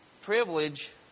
privilege